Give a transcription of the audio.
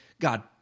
God